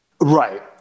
Right